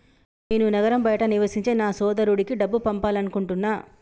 నేను నగరం బయట నివసించే నా సోదరుడికి డబ్బు పంపాలనుకుంటున్నా